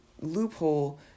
loophole